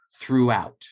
throughout